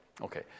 Okay